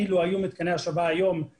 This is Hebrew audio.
אילו היו מקימים את מתקני ההשבה אז,